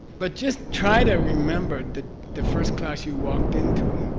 but just try to remember the, the first class you walked into.